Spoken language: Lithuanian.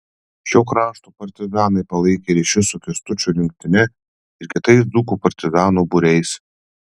šio krašto partizanai palaikė ryšius su kęstučio rinktine ir kitais dzūkų partizanų būriais